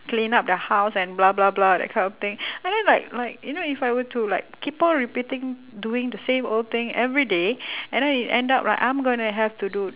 clean up the house and blah blah blah that kind of thing and then like like you know if I were to like keep on repeating doing the same old thing every day and then it end up right I'm gonna have to do